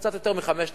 קצת יותר מ-5,000